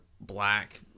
black –